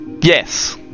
Yes